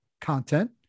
content